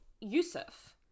yusuf